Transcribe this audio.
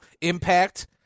Impact